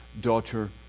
daughter